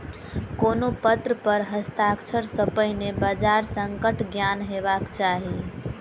कोनो पत्र पर हस्ताक्षर सॅ पहिने बजार संकटक ज्ञान हेबाक चाही